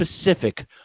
specific